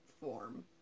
form